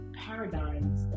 paradigms